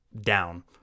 down